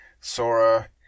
Sora